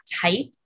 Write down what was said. type